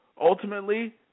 ultimately